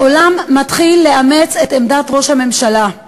העולם מתחיל לאמץ את עמדת ראש הממשלה.